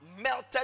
melted